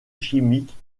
chimiques